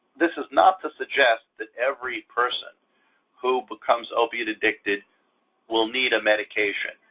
this is not to suggest that every person who becomes opioid-addicted will need a medication.